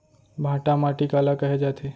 भांटा माटी काला कहे जाथे?